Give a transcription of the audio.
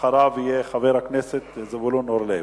אחריו יהיה חבר הכנסת זבולון אורלב.